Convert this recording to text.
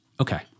Okay